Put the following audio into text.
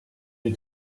you